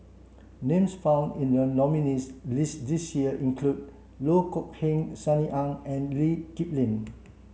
names found in the nominees' list this year include Loh Kok Heng Sunny Ang and Lee Kip Lin